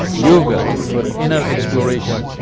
yoga for inner exploration